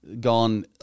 gone